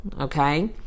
okay